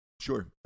Sure